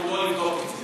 שתבוא לבדוק את זה.